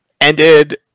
ended